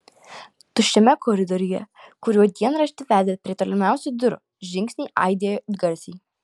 tuščiame koridoriuje kuriuo dienraštį vedė prie tolimiausių durų žingsniai aidėjo garsiai